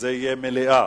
זה יהיה מליאה,